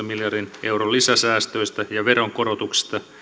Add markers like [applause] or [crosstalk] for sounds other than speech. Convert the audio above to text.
[unintelligible] miljardin euron lisäsäästöistä ja veronkorotuksista